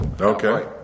Okay